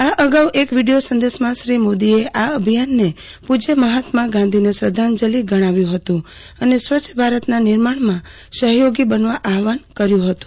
આ અગાઉ એક વીડીઓ સંદેશમાં શ્રી મોદીએ આ અભિયાનને પૂજ્ય મહાત્માગાંધીને શ્રધ્વાંજલિ ગણાવ્યું હતું અને સ્વચ્છ ભારતના નિર્માણમાં સહયોગી બનવા આલ્વાન કર્યું હતું